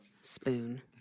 Spoon